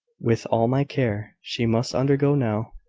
with all my care, she must undergo now.